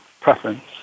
preference